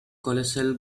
colossal